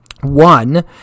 One